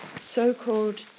so-called